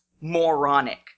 moronic